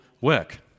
work